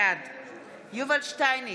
בעד יובל שטייניץ,